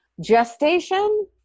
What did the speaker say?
gestation